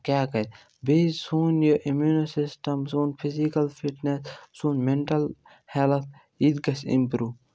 کیٛاہ کَرِ بیٚیہِ سون یہِ اِمیوٗن سِسٹَم سون فِزِکَل فِٹنٮ۪س سون مٮ۪نٹَل ہٮ۪لٕتھ یہِ تہِ گژھِ اِمپرٛوٗ